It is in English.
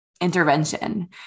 intervention